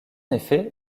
effet